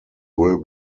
will